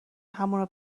همونو